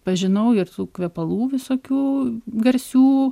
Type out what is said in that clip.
pažinau ir tų kvepalų visokių garsių